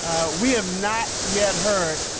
we have not yet heard,